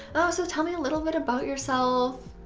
oh so tell me a little bit about yourself.